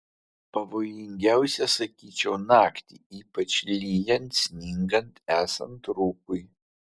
pavojingiausia sakyčiau naktį ypač lyjant sningant esant rūkui